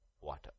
water